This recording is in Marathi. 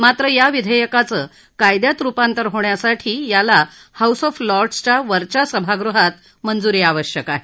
मात्र या विधेयकाचं कायद्यात रुपांतर होण्यासाठी याला हाऊस ऑफ लॉर्डसच्या वरच्या सभागृहात मंजुरी आवश्यक आहे